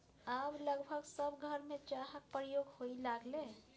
आब लगभग सभ घरमे चाहक प्रयोग होए लागलै